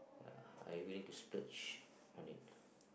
yeah I willing to splurge on it